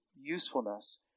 usefulness